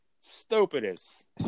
stupidest